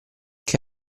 che